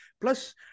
Plus